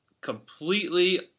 completely